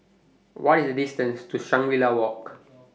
What IS The distance to Shangri La Walk